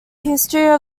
history